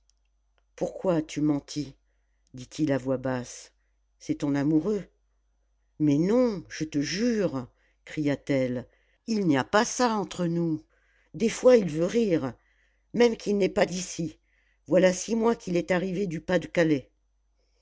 pourquoi as-tu menti dit-il à voix basse c'est ton amoureux mais non je te jure cria-t-elle il n'y a pas ça entre nous des fois il veut rire même qu'il n'est pas d'ici voilà six mois qu'il est arrivé du pas-de-calais